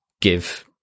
give